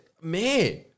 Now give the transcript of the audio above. man